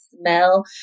smell